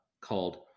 called